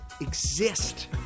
exist